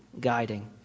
guiding